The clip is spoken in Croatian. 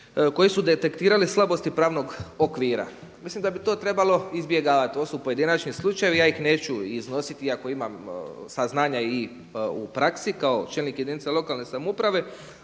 koje su detektirale slabosti pravnog okvira. Mislim da bi to trebalo izbjegavati, to su pojedinačni slučajevi ja ih neću iznositi iako imam saznanja i u praksi kao čelnik jedinice lokalne samouprave